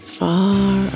far